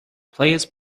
players